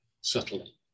subtly